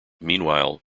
meanwhile